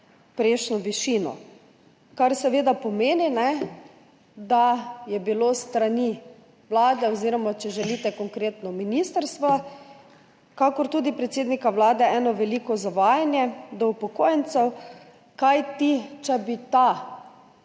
prejšnjo višino, kar seveda pomeni, da je bilo s strani Vlade oziroma konkretno ministrstva kakor tudi predsednika Vlade eno veliko zavajanje do upokojencev, kajti če bi